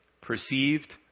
perceived